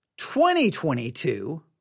2022